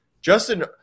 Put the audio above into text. Justin